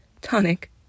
Tonic